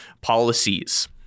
policies